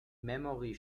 memory